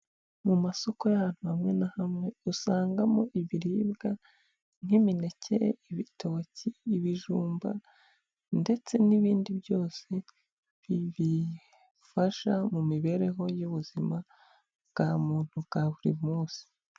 Mu masoko y'ahantu hamwe na hamwe, usangamo ibiribwa nk'imineke, ibitoki, ibijumba, ndetse n'ibindi byose bifasha mu mibereho y'ubuzima bwa muntu, bwa buri munsi.